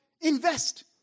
Invest